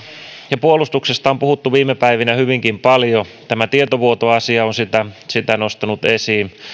ja puolustuksesta on puhuttu viime päivinä hyvinkin paljon tämä tietovuotoasia on sitä sitä nostanut esiin